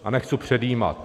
A nechci předjímat.